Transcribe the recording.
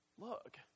Look